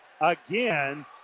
again